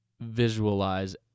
visualize